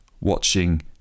watching